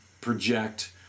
project